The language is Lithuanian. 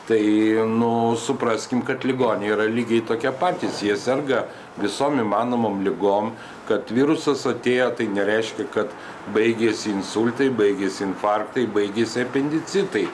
tai nu supraskim kad ligoniai yra lygiai tokie patys jie serga visom įmanomom ligom kad virusas atėjo tai nereiškia kad baigėsi insultai baigėsi infarktai baigėsi apendicitai